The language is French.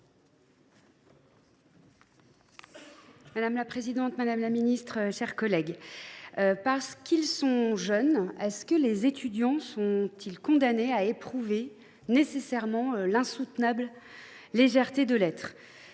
Madame la présidente, madame la ministre, mes chers collègues, parce qu’ils sont jeunes, les étudiants sont ils condamnés à éprouver nécessairement « l’insoutenable légèreté de l’être »